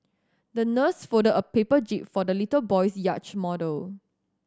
the nurse folded a paper jib for the little boy's yacht model